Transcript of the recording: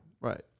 Right